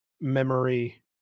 memory